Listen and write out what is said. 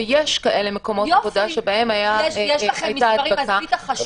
ויש כאלה מקומות עבודה שבהן הייתה הדבקה,